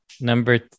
Number